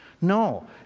No